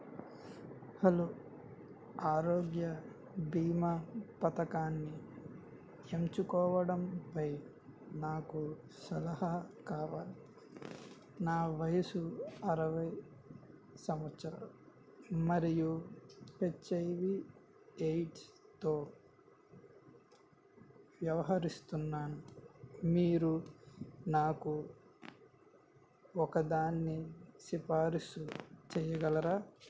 hello ఆరోగ్య బీమా పథకాన్ని ఎంచుకోవడంపై నాకు సలహా కావాలి నా వయసు అరవై సంవత్సరా మరియు హెచ్ ఐ వి ఎయిడ్స్తో వ్యవహరిస్తున్నాను మీరు నాకు ఒక దాన్ని సిఫారసు చేయగలరా